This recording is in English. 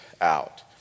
out